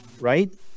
right